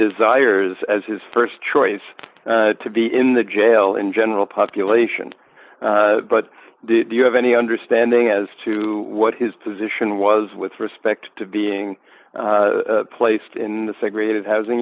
desires as his st choice to be in the jail in general population but did you have any understanding as to what his position was with respect to being placed in the segregated housing